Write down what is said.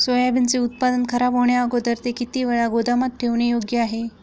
सोयाबीनचे उत्पादन खराब होण्याअगोदर ते किती वेळ गोदामात ठेवणे योग्य आहे?